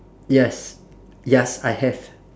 yes yes I have